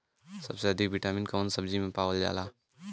सबसे अधिक विटामिन कवने सब्जी में पावल जाला?